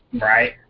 right